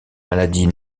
maladies